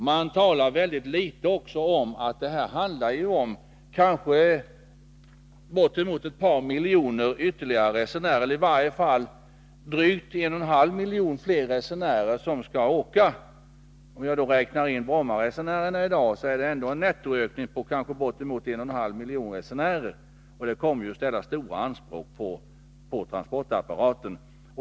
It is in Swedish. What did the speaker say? Man talar väldigt litet om att det här rör sig om bortåt ett par miljoner ytterligare resenärer — i varje fall drygt 1,5 miljoner fler resenärer — som skall åka. Om jag räknar in Brommaresenärerna i dag, är det ändå en nettoökning på bortåt 1,5 miljoner resenärer, och det kommer ju att ställa stora anspråk på transportapparaten.